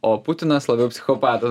o putinas labiau psichopatas